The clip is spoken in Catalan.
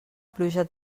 pluja